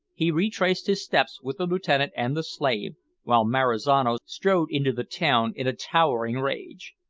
he retraced his steps with the lieutenant and the slave while marizano strode into the town in a towering rage.